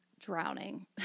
drowning